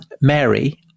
Mary